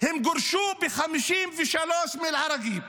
הם גורשו ב-1953 מאל-עראקיב.